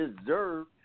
deserve